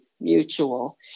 mutual